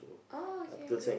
oh okay okay